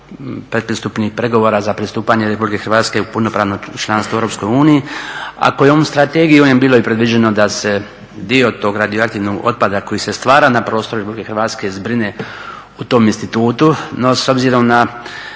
pretpristupnih pregovora za pristupanje Republike Hrvatske u punopravno članstvo u Europskoj uniji, a kojom strategijom je bilo i predviđeno da se dio tog radioaktivnog otpada koji se stvara na prostoru Republike Hrvatske zbrine u tom institutu. No s obzirom na